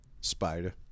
Spider